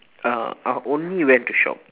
uh I only went to shop